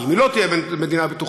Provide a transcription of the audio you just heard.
כי אם היא לא תהיה מדינה בטוחה,